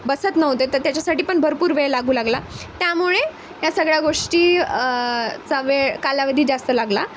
बसत नव्हते तर त्याच्यासाठी पण भरपूर वेळ लागू लागला त्यामुळे या सगळ्या गोष्टी चा वेळ कालावधी जास्त लागला